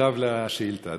עכשיו לשאילתה,